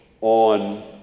on